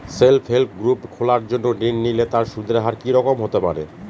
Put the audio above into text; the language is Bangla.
সেল্ফ হেল্প গ্রুপ খোলার জন্য ঋণ নিলে তার সুদের হার কি রকম হতে পারে?